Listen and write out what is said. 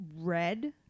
Red